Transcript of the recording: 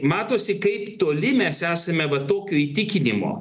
matosi kaip toli mes esame va tokių įtikinimo